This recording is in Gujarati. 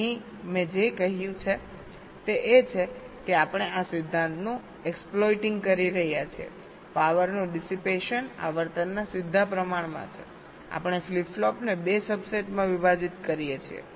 અહીં મેં જે કહ્યું છે તે એ છે કે આપણે આ સિદ્ધાંતનું એક્સ્પ્લોઇટિંગ કરી રહ્યા છીએ પાવરનો ડિસિપેસન આવર્તનના સીધા પ્રમાણમાં છે આપણે ફ્લિપ ફ્લોપ્સને 2 સબસેટમાં વિભાજીત કરીએ છીએ